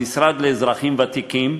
המשרד לאזרחים ותיקים,